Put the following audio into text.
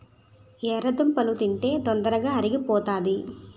ఎర్రదుంపలు తింటే తొందరగా అరిగిపోతాది